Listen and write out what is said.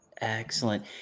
excellent